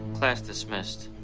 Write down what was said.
class dismissed